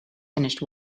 finished